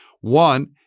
One